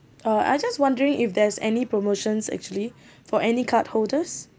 uh I just wondering if there's any promotions actually for any card holders